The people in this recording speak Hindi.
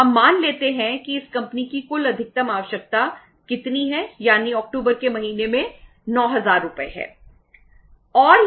हम मान लेते हैं कि इस कंपनी की कुल अधिकतम आवश्यकता कितनी है यानी अक्टूबर महीने में 9000 रुपये है